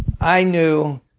i knew